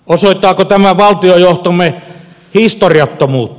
osoittaako tämä valtiojohtomme historiattomuutta